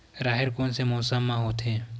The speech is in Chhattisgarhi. राहेर कोन मौसम मा होथे?